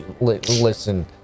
Listen